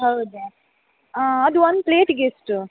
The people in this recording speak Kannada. ಹೌದಾ ಅದು ಒಂದು ಪ್ಲೇಟಿಗೆ ಎಷ್ಟು